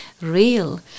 real